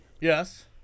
yes